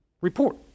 report